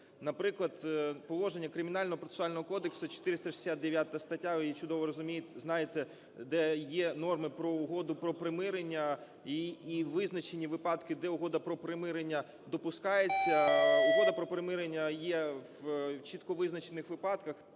Наприклад, положення Кримінально-процесуального кодексу 469 стаття, ви її чудово знаєте, де є норми про угоду про примирення і визначені випадки, де угода про примирення допускається. Угода про примирення є в чітко визначених випадках.